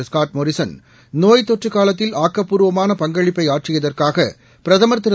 Scott Morrison நோய்த்தொற்றக்காலத்தில் ஆக்கப்பூர்வமான பங்களிப்பை ஆற்றியதற்காக பிரதமர் திரு